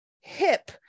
hip